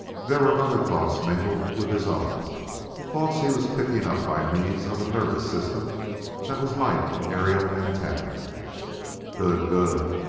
there were other thoughts mingled with his own thoughts he was picking up by means of a nervous system that was like an aerial antenna good good!